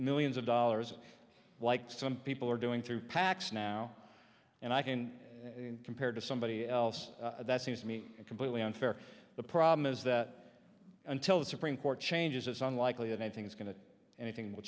millions of dollars like some people are doing through pacs now and i can compared to somebody else that seems to me completely unfair the problem is that until the supreme court changes it's unlikely that anything is going to anything will